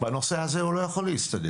בנושא הזה הוא לא יכול להסתדר.